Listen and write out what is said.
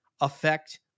affect